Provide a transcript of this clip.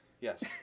Yes